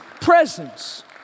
presence